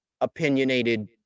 opinionated